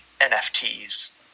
NFTs